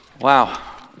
Wow